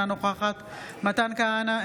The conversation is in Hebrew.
אינה נוכחת מתן כהנא,